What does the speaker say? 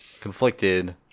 conflicted